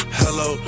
hello